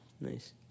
Nice